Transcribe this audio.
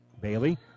Bailey